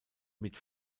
mit